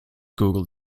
google